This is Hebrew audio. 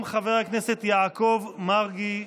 חבר הכנסת יעקב מרגי,